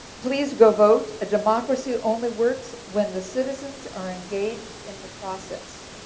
please go vote. a democracy only works when the citizens are engaged in the process.